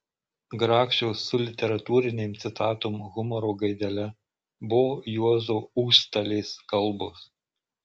grakščios su literatūrinėm citatom humoro gaidele buvo juozo užstalės kalbos